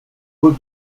good